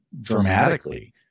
dramatically